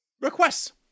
requests